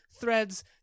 threads